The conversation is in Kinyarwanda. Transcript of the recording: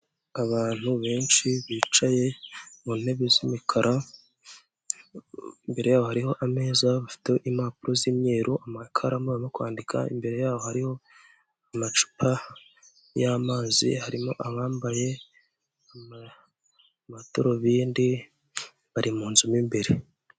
Abantu benshi bicaye mu ntebe z'imikara imbere hariho ameza bafite impapuro z'imyeru amakaramu barimo kwandika imbere yaboho hariho amacupa y'amazi harimo abambaye amadarubindi bari mu nzu mo imbere.